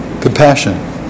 compassion